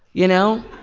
you know?